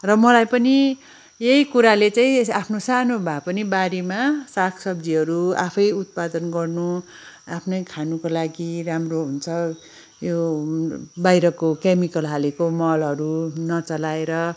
र मलाई पनि यही कुराले चाहिँ आफ्नो सानो भए पनि बारीमा सागसब्जीहरू आफै उत्पादन गर्नु आफ्नै खानुको लागि राम्रो हुन्छ यो बाहिरको केमिकल हालेका मलहरू नचलाएर